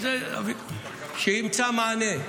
שימצא מענה.